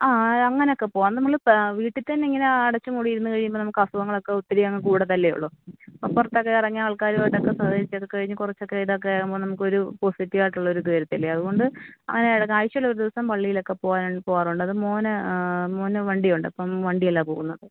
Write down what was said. ആ അങ്ങനെയൊക്കെ പോവാം നമ്മൾ വീട്ടിൽ തന്നെ ഇങ്ങനെ അടച്ച് മൂടി ഇരുന്ന് കഴിയുമ്പോൾ നമുക്ക് അസുഖങ്ങളൊക്കെ ഒത്തിരി അങ്ങ് കൂടത്തല്ലേ ഉള്ളൂ പുറത്തൊക്കെ ഇറങ്ങിയാൽ ആൾക്കാരുമായിമായിട്ടൊക്കെ സഹകരിച്ച് ഒക്കെ കഴിഞ്ഞ് കുറച്ച് ഒക്കെ ഇതാവുമ്പോൾ നമുക്ക് ഒരു പോസിറ്റീവ് ആയിട്ടുള്ള ഒരു ഇത് വരില്ലേ അതുകൊണ്ട് അങ്ങനെ ഇട ആഴ്ചയിൽ ഒരു ദിവസം പള്ളിയിലൊക്കെ പോവാ പോവാറുണ്ട് അത് മോൻ മോന് വണ്ടിയുണ്ട് അപ്പം വണ്ടിയിലാണ് പോവുന്നത്